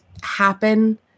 happen